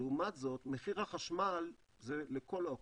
לעומת זאת מחיר החשמל הוא לכל לאוכלוסייה,